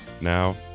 Now